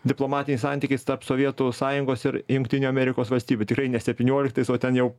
diplomatiniai santykiai tarp sovietų sąjungos ir jungtinių amerikos valstybių tikrai ne septynioliktais o ten jau